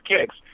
kicks